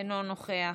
אינו נוכח,